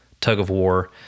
tug-of-war